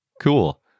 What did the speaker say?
Cool